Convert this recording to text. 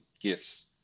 gifts